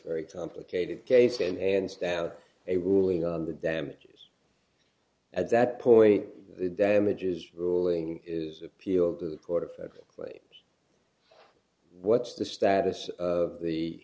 very complicated case and hands down a ruling on the damages at that point the damages ruling is appealed to the court of what's the status of the